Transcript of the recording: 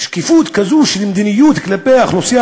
שקיפות כזו של מדיניות כלפי האוכלוסייה